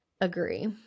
Agree